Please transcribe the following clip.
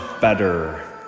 better